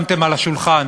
שמתם על השולחן.